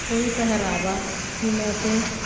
ਕੋਈ ਪਹਿਰਾਵਾ ਜਿਵੇਂ ਕਿ